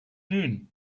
noon